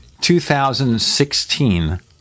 2016